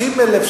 90,000,